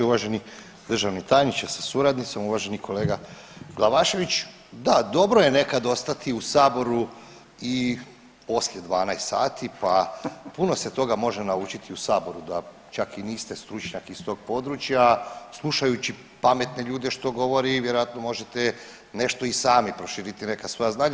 Uvaženi državni tajniče sa suradnicom, uvaženi kolega Glavašević, da dobro je nekad ostati u saboru i poslije 12 sati pa puno se toga može naučiti i u saboru da čak i niste stručnjak iz tog područja slušajući pametne ljude što govore vjerojatno možete nešto i sami, proširiti neka svoja znanja.